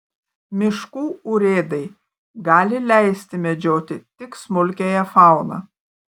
miškų urėdai gali leisti medžioti tik smulkiąją fauną